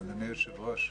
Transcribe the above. אדוני היושב ראש,